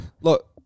Look